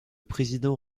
président